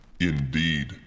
indeed